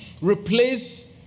Replace